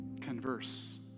converse